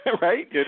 right